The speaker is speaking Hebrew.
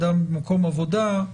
אדם במקום עבודה,